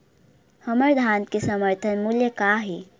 हमर धान के समर्थन मूल्य का हे?